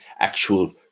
actual